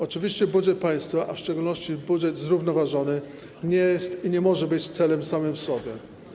Oczywiście budżet państwa, a w szczególności budżet zrównoważony, nie jest i nie może być celem samym w sobie.